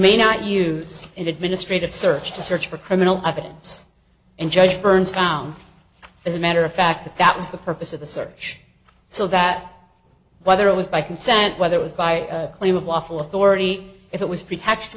may not use an administrative search to search for criminal evidence and judge burns found as a matter of fact that was the purpose of the search so that whether it was by consent whether it was by a claim of waffle authority if it was pretext